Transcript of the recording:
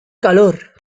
calor